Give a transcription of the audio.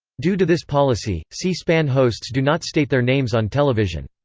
due to this policy, c-span hosts do not state their names on television.